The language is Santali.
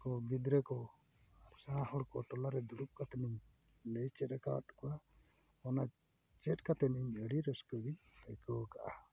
ᱜᱤᱫᱽᱨᱟᱹ ᱠᱚ ᱥᱮᱬᱟ ᱦᱚᱲ ᱠᱚ ᱴᱚᱞᱟᱨᱮ ᱫᱩᱲᱩᱵᱽ ᱠᱟᱛᱮᱫ ᱤᱧ ᱞᱟᱹᱭ ᱪᱮᱫ ᱠᱟᱜ ᱠᱚᱣᱟ ᱚᱱᱟ ᱪᱮᱫ ᱠᱟᱛᱮᱫ ᱤᱧ ᱟᱹᱰᱤ ᱨᱟᱹᱥᱠᱟᱹᱜᱤᱧ ᱟᱹᱭᱠᱟᱹᱣ ᱠᱟᱜᱼᱟ